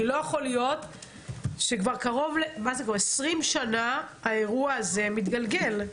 כי לא יכול להיות ש-20 שנה האירוע הזה מתגלגל,